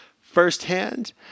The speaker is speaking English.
firsthand